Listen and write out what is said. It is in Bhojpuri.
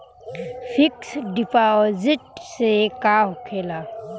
फिक्स डिपाँजिट से का होखे ला?